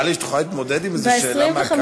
נראה לי שאת יכולה להתמודד עם איזו שאלה מהקהל.